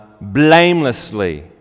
blamelessly